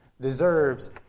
deserves